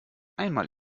einmal